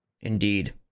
indeed